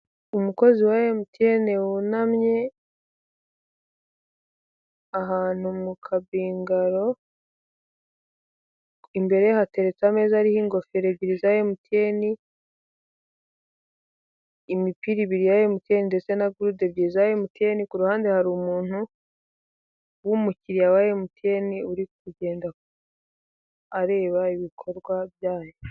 Umukozi wa emutiyeni (MTN) wunamye ahantu mu kab igaro ,imbere hateretse ameza ariho ingofero ebyiri za emutiyeni, imipira ibiri ya emutiyeni ndetse na gurude ebyiri za emutiyeni ku ruhande hari umuntu w'umukiriya wa emutiyeni uri kugenda areba ibikorwa byayo.